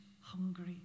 hungry